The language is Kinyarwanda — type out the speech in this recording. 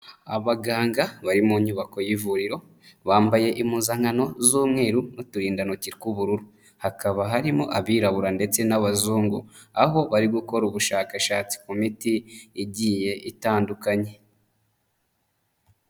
Abaganga bari mu nyubako y'ivuriro, bambaye impuzankano z'umweru n'uturindantoki tw'ubururu. Hakaba harimo abirabura ndetse n'abazungu. Aho bari gukora ubushakashatsi ku miti igiye itandukanye.